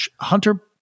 Hunter –